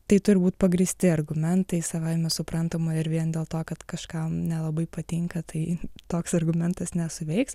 tai turi būt pagrįsti argumentai savaime suprantama ir vien dėl to kad kažkam nelabai patinka tai toks argumentas nesuveiks